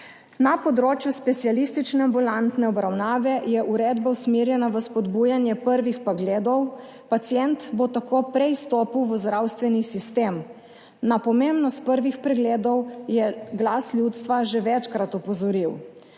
Na področju specialistične ambulantne obravnave je uredba usmerjena v spodbujanje prvih pregledov. Pacient bo tako prej vstopil v zdravstveni sistem. Na pomembnost prvih pregledov je Glas ljudstva že večkrat opozoril.